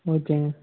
ஓகேங்க